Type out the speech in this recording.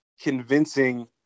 convincing